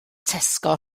tesco